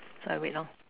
so I wait lor